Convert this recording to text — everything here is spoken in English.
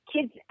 kids